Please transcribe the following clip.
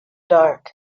dark